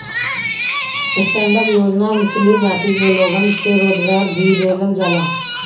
stand up योजना निचली जाति के लोगन के रोजगार भी देहल जाला